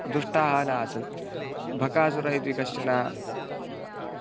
दुष्टाः न आसन् बकासुरः इति कश्चन